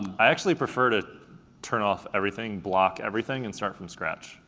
i actually prefer to turn off everything, block everything, and start from scratch.